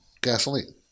gasoline